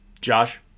Josh